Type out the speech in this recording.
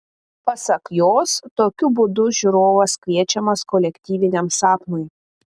pasak jos tokiu būdu žiūrovas kviečiamas kolektyviniam sapnui